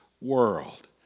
world